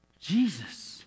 Jesus